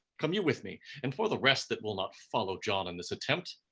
come you with me, and for the rest that will not follow john in this attempt,